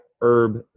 herb